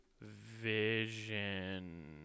vision